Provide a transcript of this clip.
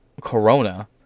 Corona